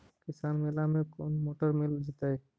किसान मेला में कोन कोन मोटर मिल जैतै?